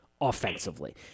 offensively